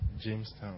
Jamestown